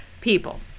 people